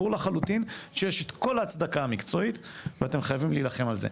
ברור לחלוטין שיש את כל ההצדקה המקצועית ואתם חייבים להילחם על זה.